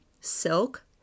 silk